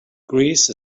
greece